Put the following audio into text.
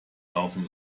laufen